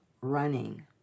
running